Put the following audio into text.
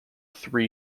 three